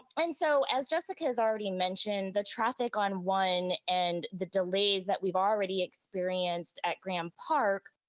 and so, as jessica's already mentioned, the traffic on one and the delays that we've already experienced at graham park,